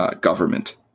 government